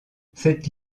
cette